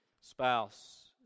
spouse